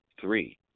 Three